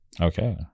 Okay